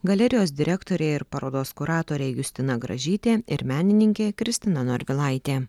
galerijos direktorė ir parodos kuratorė justina gražytė ir menininkė kristina norvilaitė